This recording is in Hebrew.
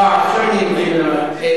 אה, עכשיו אני מבין למה.